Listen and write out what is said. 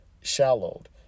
shallowed